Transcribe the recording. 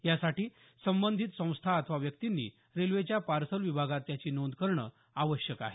यासाठी संबंधित संस्था अथवा व्यक्तींनी रेल्वेच्या पार्सल विभागात त्याची नोंद करणं आवश्यक आहे